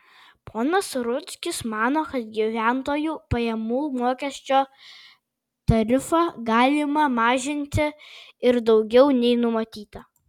ponas rudzkis mano kad gyventojų pajamų mokesčio tarifą galima mažinti ir daugiau nei numatyta